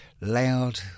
loud